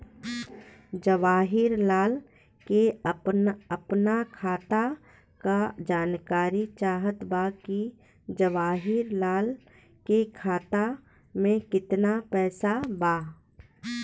जवाहिर लाल के अपना खाता का जानकारी चाहत बा की जवाहिर लाल के खाता में कितना पैसा बा?